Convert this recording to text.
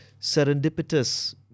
serendipitous